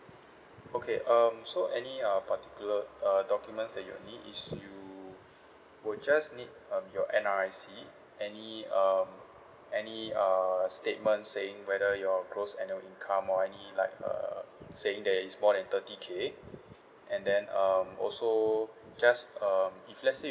okay um so any uh particular uh documents that you need is you we'll just need um your N_R_I_C any um any uh statement saying whether your gross annual income or any like uh saying that it's more than thirty K and then um also just um if let's say